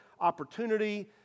opportunity